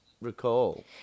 Recall